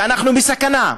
שאנחנו בסכנה,